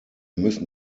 müssen